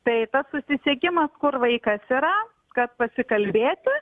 tai tas susisiekimas kur vaikas yra kad pasikalbėti